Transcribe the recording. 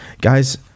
Guys